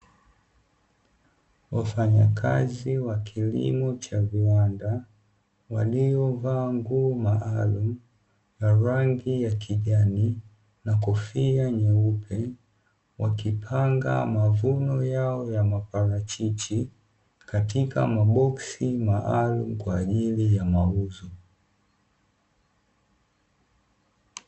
Wafanyakazi wa kilimo cha viwanda, waliovaa nguo maalumu la rangi ya kijani na kofia nyeupe, wakipanga mavuno yao ya maparachichi katika maboksi maalumu kwa ajili ya mauzo.